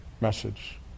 message